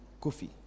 Kofi